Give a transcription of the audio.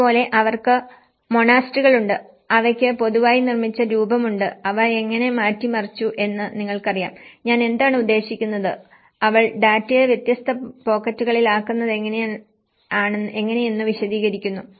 അതുപോലെ അവർക്ക് മൊണാസ്ട്രികളുണ്ട് അവയ്ക്ക് പൊതുവായി നിർമ്മിച്ച രൂപമുണ്ട് അവ എങ്ങനെ മാറ്റിമറിച്ചുവെന്ന് നിങ്ങൾക്കറിയാം ഞാൻ എന്താണ് ഉദ്ദേശിക്കുന്നത് അവൾ ഡാറ്റയെ വ്യത്യസ്ത പോക്കറ്റുകളിൽ ആക്കുന്നതെങ്ങനെയെന്നു വിശദീകരിക്കുന്നു